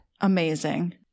Amazing